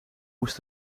moest